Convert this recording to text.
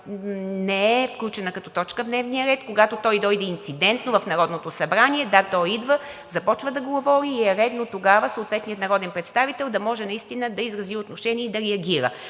не е включена като точка в дневния ред, когато той дойде инцидентно в Народното събрание. Да, той идва, започва да говори и е редно тогава съответният народен представител да може наистина да изрази отношение и да реагира.